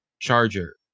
charger